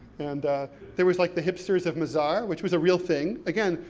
and there was like the hipsters of mazar, which was a real thing. again,